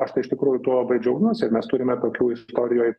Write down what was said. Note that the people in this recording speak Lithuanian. aš tai iš tikrųjų tuo labai džiaugiuosi ir mes turime tokių istorijoj